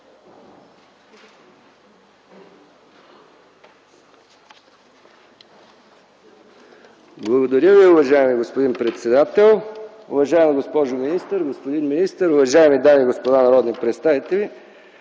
Благодаря Ви, уважаеми господин председател. Уважаема госпожо министър, господин министър, уважаеми дами и господа народни представители!